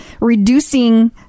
reducing